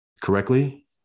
correctly